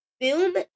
Boom